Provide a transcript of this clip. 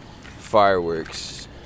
fireworks